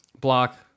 Block